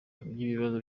by’ibibazo